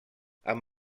amb